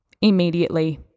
immediately